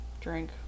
drink